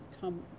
come